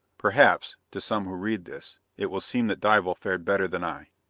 perhaps, to some who read this, it will seem that dival fared better than i.